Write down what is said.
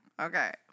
Okay